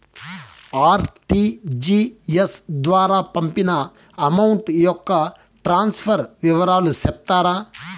RTGS ద్వారా పంపిన amount యొక్క ట్రాన్స్ఫర్ వివరాలు సెప్తారా